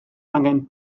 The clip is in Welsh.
angen